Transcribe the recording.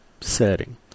setting